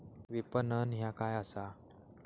विपणन ह्या काय असा?